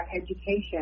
education